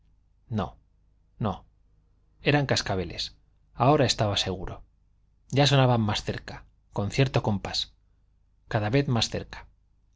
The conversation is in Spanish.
no no eran cascabeles ahora estaba seguro ya sonaban más cerca con cierto compás cada vez más cerca